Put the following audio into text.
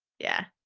yeah.